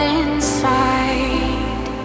inside